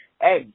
hey